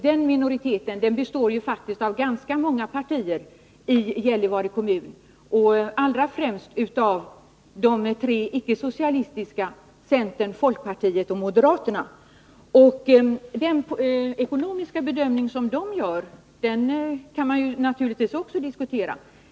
Denna minoritet består faktiskt av ganska många partier i Gällivare kommun, allra främst bland dem de tre icke-socialistiska partierna centern, folkpartiet och moderaterna. Den ekonomiska bedömningen kan man naturligtvis också diskutera.